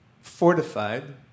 fortified